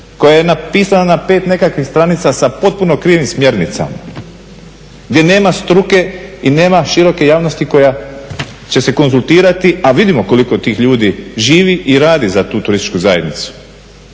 koja je napisana na pet nekakvih stranica sa potpuno krivim smjernicama, gdje nama struke i nema široke javnosti koja će se konzultirati, a vidimo koliko tih ljudi živi i radi za tu turističku zajednicu,